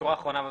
השורה האחרונה.